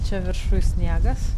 čia viršuj sniegas